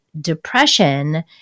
depression